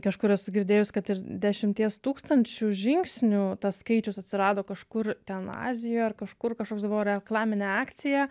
kažkur esu girdėjus kad ir dešimties tūkstančių žingsnių tas skaičius atsirado kažkur ten azijoj ar kažkur kažkoks buvo reklaminė akcija